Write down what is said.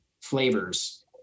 flavors